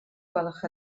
gwelwch